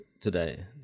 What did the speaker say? today